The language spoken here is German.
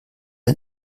der